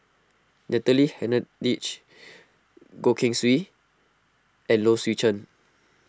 Natalie Hennedige Goh Keng Swee and Low Swee Chen